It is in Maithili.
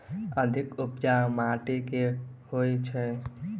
अधिक उपजाउ माटि केँ होइ छै?